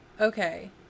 Okay